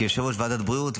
כיושב-ראש ועדת בריאות,